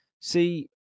see